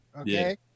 Okay